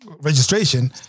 registration